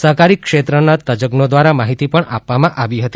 સહકારી ક્ષેત્રના તજજ્ઞો દ્વારા માહિતી પણ આપવામાં આવી હતી